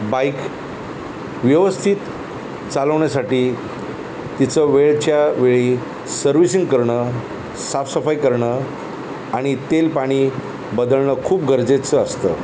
bike व्यवस्थित चालवण्यासाठी तिचं वेळच्या वेळी सर्व्हिसिंग करणं साफसफाई करणं आणि तेल पाणी बदलणं खूप गरजेचं असतं